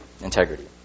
integrity